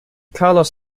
carlos